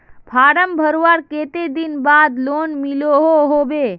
Form भरवार कते दिन बाद लोन मिलोहो होबे?